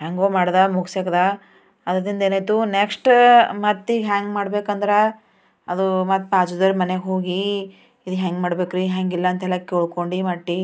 ಹ್ಯಾಂಗೋ ಮಾಡಿದ ಮುಗಸಾಕಿದ ಅದರಿಂದೇನಾಯಿತು ನೆಕ್ಸ್ಟ್ ಮತ್ತೀಗ ಹ್ಯಾಂಗ ಮಾಡ್ಬೇಕಂದ್ರೆ ಅದು ಮತ್ತು ಬಾಜುದೋರ್ ಮನೆಗೆ ಹೋಗಿ ಇದು ಹೆಂಗೆ ಮಾಡ್ಬೇಕ್ರಿ ಹೆಂಗೆ ಇಲ್ಲ ಅಂತೆಲ್ಲ ಕೇಳ್ಕೊಂಡು ಮಟ್ಟಿ